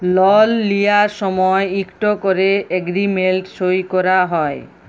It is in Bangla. লল লিঁয়ার সময় ইকট ক্যরে এগ্রীমেল্ট সই ক্যরা হ্যয়